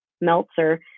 Meltzer